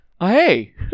hey